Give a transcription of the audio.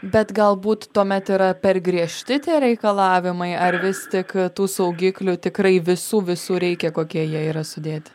bet galbūt tuomet yra per griežti reikalavimai ar vis tik tų saugiklių tikrai visų visų reikia kokie jie yra sudėti